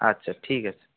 আচ্ছা ঠিক আছে